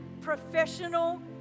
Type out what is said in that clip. Professional